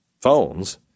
phones